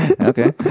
Okay